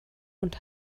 und